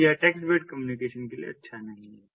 तो यह text based communication के लिए अच्छा नहीं है